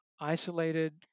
isolated